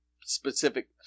specific